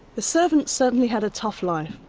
the servants certainly had a tough life,